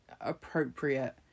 appropriate